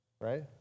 right